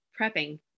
prepping